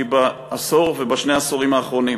היא בעשור ובשני העשורים האחרונים.